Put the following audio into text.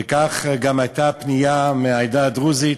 וכך גם הייתה פנייה מהעדה הדרוזית,